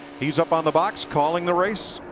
he's up on the box calling the race.